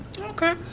Okay